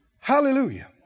Hallelujah